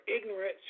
ignorant